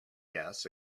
gas